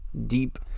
deep